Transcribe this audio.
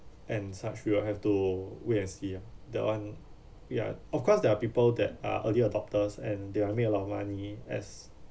and such you will have to wait and see ah that one ya of course there are people that are early adopters and they are make a lot of money as